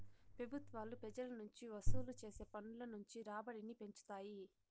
పెబుత్వాలు పెజల నుంచి వసూలు చేసే పన్నుల నుంచి రాబడిని పెంచుతాయి